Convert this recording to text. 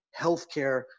healthcare